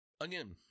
again